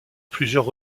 plusieurs